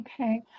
Okay